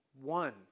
one